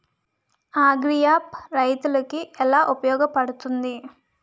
Agri app రైతులకి ఏలా ఉపయోగ పడుతుంది?